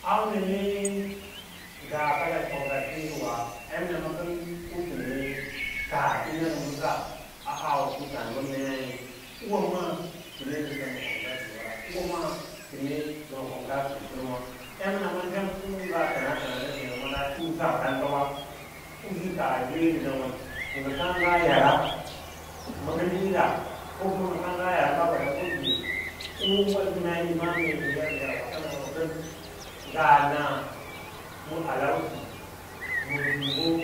auname ngaa kaka nə kausa tiĩrwa, emna ma kən u kaah yi nasə bəss a puttǎǎdliwa mai ūwa maa təne ngə sem me kwangto a sínwara, ūwâ maa təne ngə ma kwangto abin kənwâ, emnama ɗem u nga təna təna ndən seẽ sə maada usas tautswe usiyo kaah yi wee ndə nawoo, kə ngə kaã ngaa yara ma ɗəndaꞌira ko kuma kə kaã nga yara nga weɗaꞌa bəkake u yin weɗasə mai ngaa yi maꞌâ mee ngən yarsən yauwa emnama bə kən ngaa naa, ma alaute ma himbo